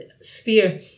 sphere